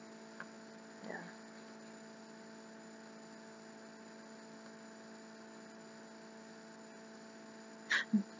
ya